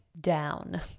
down